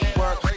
work